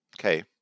Okay